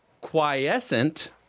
quiescent